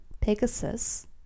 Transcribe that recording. Pegasus